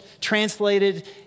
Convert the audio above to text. translated